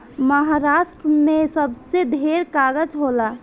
महारास्ट्र मे सबसे ढेर कागज़ होला